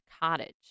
cottage